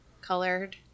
colored